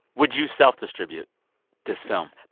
would you self-distribute this film?